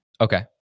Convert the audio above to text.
Okay